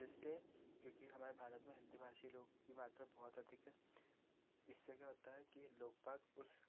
जिससे क्योंकि हमारे भारत में हिन्दी भाषी लोगों की मात्रा बहुत अधिक है इससे क्या होता है कि लोग बाग उस